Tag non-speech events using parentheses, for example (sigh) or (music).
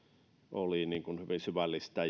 oli hyvin syvällistä (unintelligible)